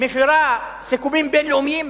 מפירה סיכומים בין-לאומיים,